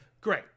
great